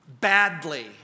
badly